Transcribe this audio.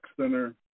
Center